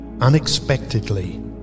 unexpectedly